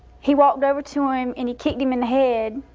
he walked over to him and he kicked him in the head.